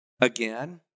Again